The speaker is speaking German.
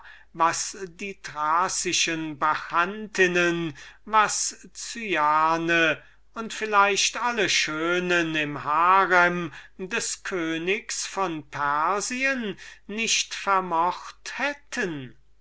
was die thrazischen bacchantinnen was cyane und vielleicht alle schönen im serail des königs von persien nicht vermochten oder vermocht hätten